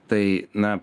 tai na